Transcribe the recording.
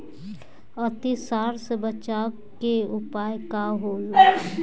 अतिसार से बचाव के उपाय का होला?